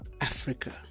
africa